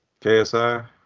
KSI